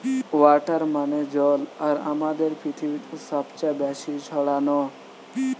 water মানে জল আর আমাদের পৃথিবীতে সবচে বেশি ছড়ানো